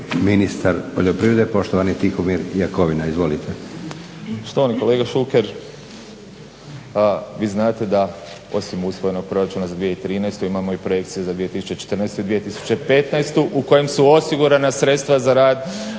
ministar poljoprivrede poštovani Tihomir Jakovina. Izvolite. **Jakovina, Tihomir (SDP)** Štovani kolega Šuker, vi znate da osim usvojenog proračuna za 2013. Imamo i projekcije za 2014. i 2015. u kojem su osigurana sredstava za rad